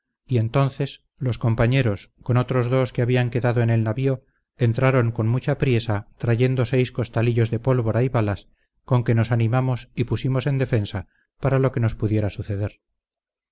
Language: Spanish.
y entonces los compañeros con otros dos que habían quedado en el navío entraron con mucha priesa trayendo seis costalillos de pólvora y balas con que nos animamos y pusimos en defensa para lo que nos pudiera suceder